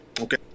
Okay